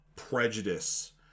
prejudice